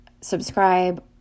subscribe